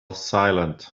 silent